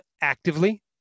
actively